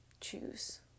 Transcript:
choose